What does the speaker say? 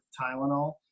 Tylenol